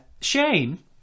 shane